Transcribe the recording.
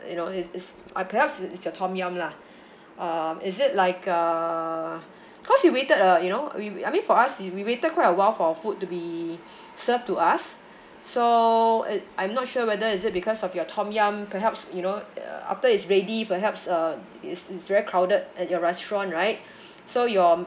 you know is is uh perhaps it's your tom yum lah um is it like uh because we waited uh you know we I mean for us we we waited quite a while for food to be served to us so it I'm not sure whether is it because of your tom yum perhaps you know uh after it's ready perhaps uh it's it's very crowded at your restaurant right so you're